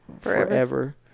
forever